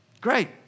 great